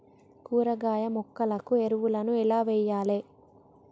కూరగాయ మొక్కలకు ఎరువులను ఎలా వెయ్యాలే?